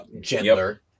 gentler